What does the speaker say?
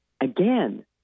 Again